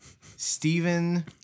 Stephen